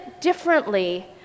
differently